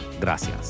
Gracias